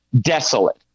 desolate